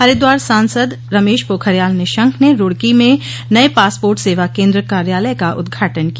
हरिद्वार सांसद रमेश पोखरियाल निशंक ने रुड़की में नए पासपोर्ट सेवा केंद्र कार्यालय का उदघाटन किया